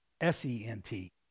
S-E-N-T